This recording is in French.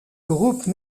groupe